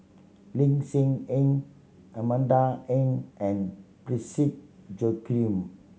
Lin Hsin Heng Amanda Heng and Parsick Joaquim